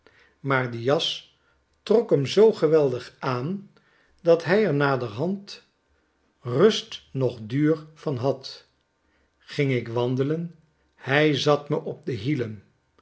maar die jas trok hem zoo geweldig aan dat hij er naderhand rust noch duur van had ging ik wandelen hij zat me op de hielen